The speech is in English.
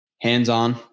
hands-on